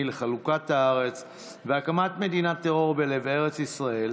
לחלוקת הארץ והקמת מדינת טרור בלב ארץ ישראל,